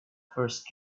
first